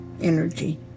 energy